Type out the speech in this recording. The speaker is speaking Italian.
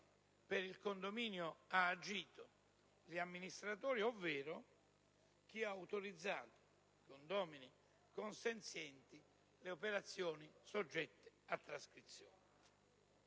per il condominio hanno agito, ossia gli amministratori, ovvero chi ha autorizzato - i condomini consenzienti - le operazioni soggette a trascrizione.